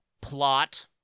Plot